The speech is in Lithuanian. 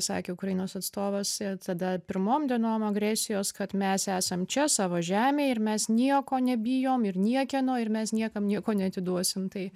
sakė ukrainos atstovas tada pirmom dienom agresijos kad mes esam čia savo žemėj ir mes nieko nebijom ir niekieno ir mes niekam nieko neatiduosim tai